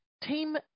team